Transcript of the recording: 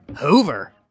Hoover